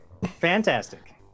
Fantastic